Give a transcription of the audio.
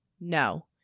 No